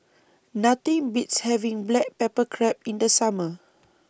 Nothing Beats having Black Pepper Crab in The Summer